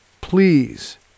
please